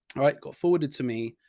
all right, got forwarded to me.